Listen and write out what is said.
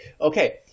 okay